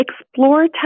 Explore